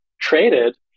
traded